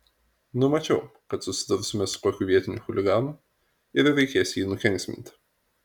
numačiau kad susidursime su kokiu vietiniu chuliganu ir reikės jį nukenksminti